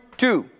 two